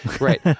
Right